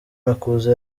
makuza